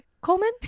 Coleman